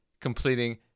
completing